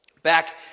Back